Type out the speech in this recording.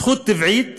זכות טבעית